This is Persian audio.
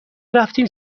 رفتیم